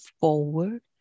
forward